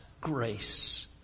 grace